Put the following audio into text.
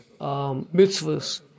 mitzvahs